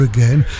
Again